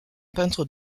peintre